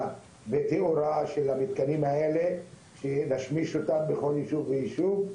את המתקנים האלה כדי להשמיש אותם בכל יישוב ויישוב.